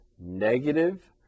negative